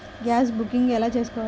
Gas booking ఎలా చేసుకోవాలి?